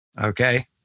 Okay